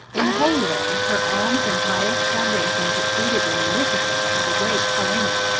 in the holy land, her alms and pious foundations exceeded the munificence of the great helena,